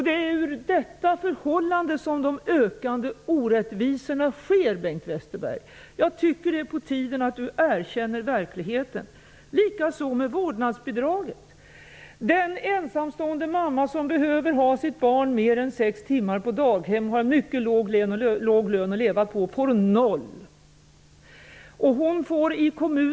Det är ur detta förhållande som de ökade orättvisorna sker. Jag tycker att det är på tiden att Bengt Westerberg erkänner verkligheten. Det är samma sak med vårdnadsbidraget. Den ensamstående mamma som behöver ha sitt barn mer än sex timmar på daghem och som har mycket låg lön att leva på får 0 kr i vårdnadsbidrag.